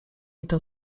idę